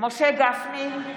משה גפני,